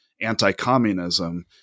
anti-communism